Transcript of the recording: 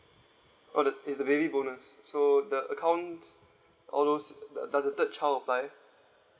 oh the is the baby bonus so the accounts all those does does the third child apply